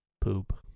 Poop